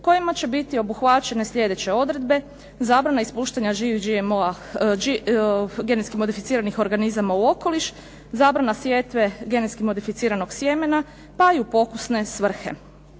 kojima će biti obuhvaćene sljedeće odredbe: zabrana ispuštanja … /Govornica se ne razumije./… genetski modificiranih organizama u okoliš, zabrana sjetve genetski modificiranog sjemena pa i u pokusne svrhe…",